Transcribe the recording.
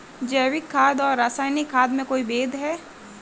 जैविक खाद और रासायनिक खाद में कोई भेद है?